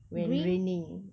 green